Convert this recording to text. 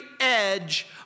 edge